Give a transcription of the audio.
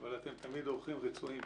-- אבל אתם תמיד אורחים רצויים פה.